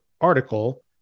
article